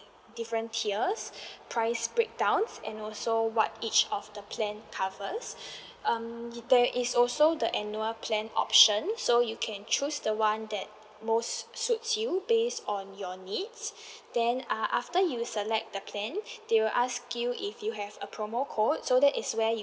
different tiers price breakdowns and also what each of the plan covers um there is also the annual plan option so you can choose the one that most suits you based on your needs then uh after you select the plan they will ask you if you have a promo code so that is where you